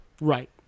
Right